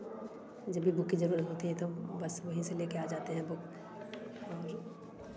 जब भी बुक की ज़रूरत होती है तो बस वहीं से लेकर आ जाते हैं बुक